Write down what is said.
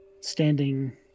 standing